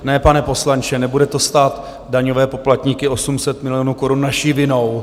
Ne, pane poslanče, nebude to stát daňové poplatníky 800 milionů naší vinou.